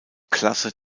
klasse